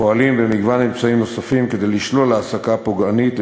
ופועלים במגוון אמצעים נוספים כדי לשלול העסקה פוגענית של